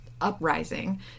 uprising